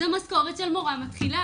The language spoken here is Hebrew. זו משכורת של מורה מתחילה.